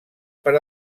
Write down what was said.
per